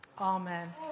Amen